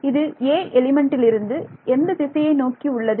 இது 'a' எலிமெண்ட்டிலிருந்து எந்த திசையை நோக்கி உள்ளது